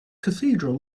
cathedral